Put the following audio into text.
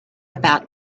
about